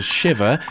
Shiver